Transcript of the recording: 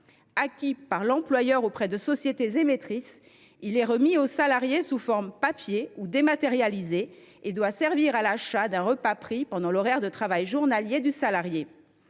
Acquis par l’employeur auprès de sociétés émettrices, il est remis aux salariés, sous forme papier ou dématérialisé, et il doit servir à l’achat d’un repas pris pendant l’horaire de travail journalier du salarié.